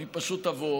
אני פשוט אבוא